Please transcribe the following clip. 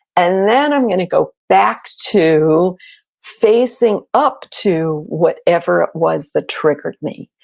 and then i'm gonna go back to facing up to whatever it was that triggered me.